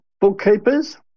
Bookkeepers